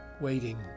waiting